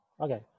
Okay